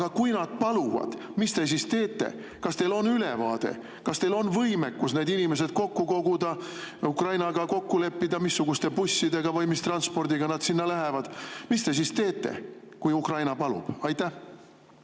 Aga kui nad paluvad, mis te siis teete? Kas teil on ülevaade? Kas teil on võimekus need inimesed kokku koguda, Ukrainaga kokku leppida, missuguste bussidega või mis transpordiga nad sinna lähevad? Mis te siis teete, kui Ukraina palub? Aitäh!